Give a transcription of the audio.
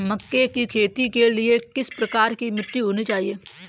मक्के की खेती के लिए किस प्रकार की मिट्टी होनी चाहिए?